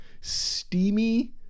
steamy